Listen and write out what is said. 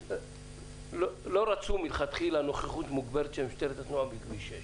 שלא רצו מלכתחילה נוכחות מוגברת של משטרת התנועה בכביש 6,